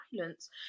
violence